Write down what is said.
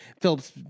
Philip's